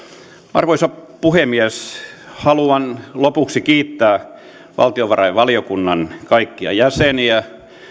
arvoisa puhemies haluan lopuksi kiittää valtiovarainvaliokunnan kaikkia jäseniä